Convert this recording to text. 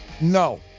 No